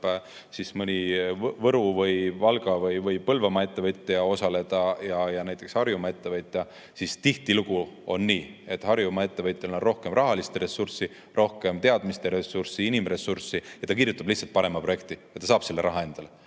ka mõni Võru- või Valga- või Põlvamaa ettevõtja ja Harjumaa ettevõtja, siis tihtilugu on nii, et Harjumaa ettevõtjal on rohkem rahalist ressurssi, rohkem teadmiste ressurssi, inimressurssi ja ta kirjutab lihtsalt parema projekti ja saab selle raha endale.